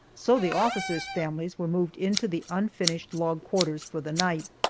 so the officers' families were moved into the unfinished log quarters for the night.